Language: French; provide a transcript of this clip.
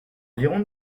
virons